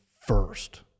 first